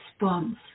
response